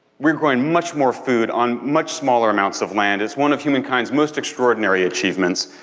we're growing much more food on much smaller amounts of land, it's one of humankind's most extraordinary achievements,